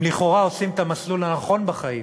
הם לכאורה עושים את המסלול הנכון בחיים: